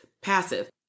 passive